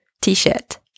T-shirt